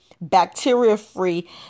bacteria-free